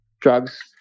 drugs